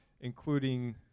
including